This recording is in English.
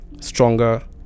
stronger